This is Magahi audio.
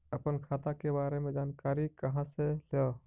अपन खाता के बारे मे जानकारी कहा से ल?